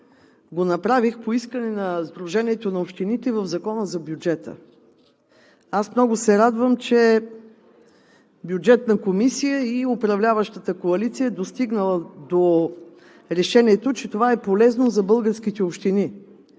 по чл. 57 по искане на Сдружението на общините в Закона за бюджета. Аз много се радвам, че Бюджетната комисия и управляващата коалиция е достигнала до решението, че това е полезно за българските общини,